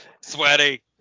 Sweaty